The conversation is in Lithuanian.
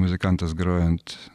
muzikantas groja ant